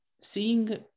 seeing